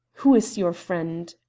who is your friend?